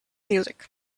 music